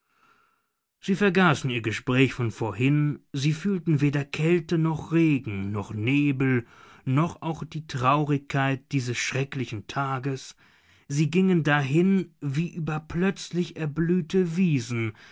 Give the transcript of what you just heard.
sie vergaßen ihr gespräch von vorhin sie fühlten weder kälte noch regen noch nebel noch auch die traurigkeit dieses schrecklichen tages sie gingen dahin wie über plötzlich erblühte wiesen